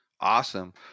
Awesome